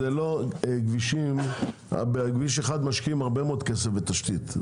בכביש 1 משקיעים הרבה מאוד כסף בתשתית.